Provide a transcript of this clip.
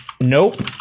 Nope